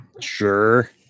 Sure